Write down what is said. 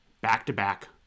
back-to-back